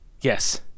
Yes